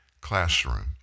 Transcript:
classroom